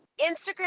Instagram